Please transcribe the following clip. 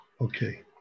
Okay